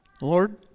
Lord